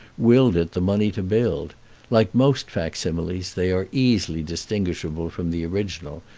willed it the money to build like most fac-similes, they are easily distinguishable from the original,